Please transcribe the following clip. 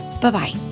Bye-bye